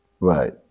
right